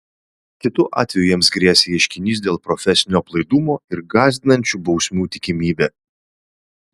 kitu atveju jiems grėsė ieškinys dėl profesinio aplaidumo ir gąsdinančių bausmių tikimybė